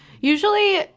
Usually